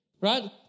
Right